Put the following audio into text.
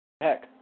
Heck